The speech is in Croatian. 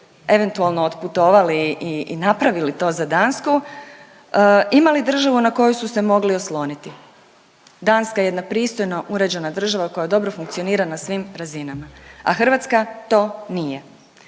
eventualno otputovali i napravili to za Dansku imali državu na koju su se mogli osloniti. Danska je jedna pristojno uređena država koja dobro funkcionira na svim razinama, a Hrvatska to nije.